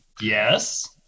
Yes